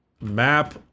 map